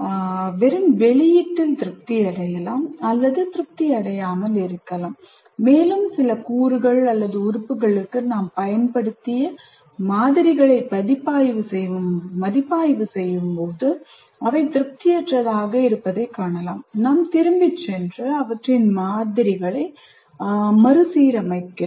நாம் பெறும் வெளியீட்டில் திருப்தி அடையலாம் அல்லது திருப்தியடையாமல் இருக்கலாம் மேலும் சில கூறுகள் அல்லது உறுப்புகளுக்கு நாம் பயன்படுத்திய மாதிரிகளை மதிப்பாய்வு செய்யும்போது அவை திருப்தியற்றதாக இருப்பதைக் காணலாம் நாம் திரும்பிச் சென்று அவற்றின் மாதிரிகளை மறுசீரமைக்கிறோம்